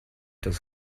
des